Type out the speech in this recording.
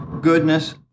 goodness